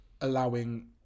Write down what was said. allowing